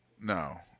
No